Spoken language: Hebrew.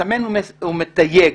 מסמן ומתייג